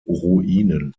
ruinen